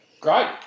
Great